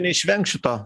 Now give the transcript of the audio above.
neišvengs šito